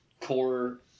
core